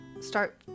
start